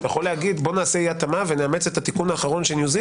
אתה יכול להגיד בוא נעשה אי התאמה ונאמץ את התיקון האחרון